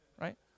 right